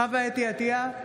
חוה אתי עטייה,